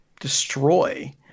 destroy